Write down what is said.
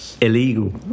illegal